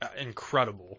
Incredible